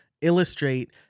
illustrate